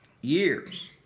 Years